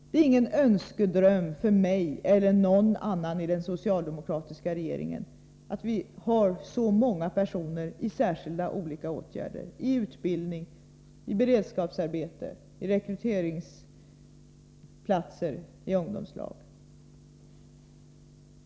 Det är ingen önskedröm för mig eller någon annan i den socialdemokratiska regeringen att ha så många personer i olika särskilda åtgärder — utbildning, beredskapsarbete, rekryteringsplatser och ungdomslag.